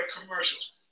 commercials